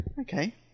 Okay